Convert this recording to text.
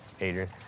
Adrian